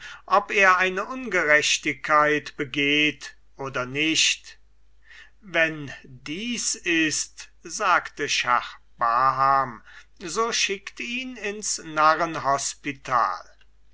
wenn er eine ungerechtigkeit begeht oder nicht wenn dies ist sagte schah baham so schickt ihn ins